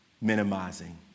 minimizing